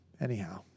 Anyhow